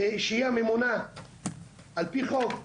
שהיא ממונה על פי חוק ומקצועית,